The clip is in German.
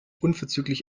unverzüglich